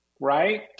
right